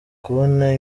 kubona